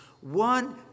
One